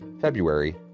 February